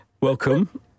Welcome